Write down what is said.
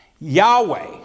Yahweh